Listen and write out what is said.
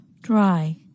Dry